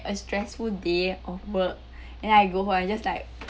a stressful day of work and I go home I'm just like